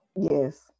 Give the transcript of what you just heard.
Yes